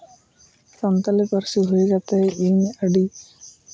ᱥᱟᱱᱛᱟᱲᱤ ᱯᱟᱹᱨᱥᱤ ᱦᱩᱭ ᱠᱟᱛᱮ ᱤᱧ ᱟᱹᱰᱤ